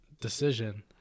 decision